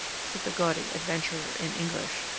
said the gaudy adventurer in english,